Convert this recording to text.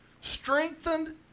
strengthened